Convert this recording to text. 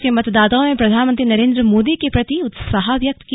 प्रदेश के मतदाताओं ने प्रधानमंत्री नरेंद्र मोदी के प्रति उत्साह व्यक्त किया